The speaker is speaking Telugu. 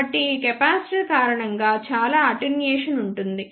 కాబట్టి ఈ కెపాసిటర్ కారణంగా చాలా అటెన్యుయేషన్ ఉంటుంది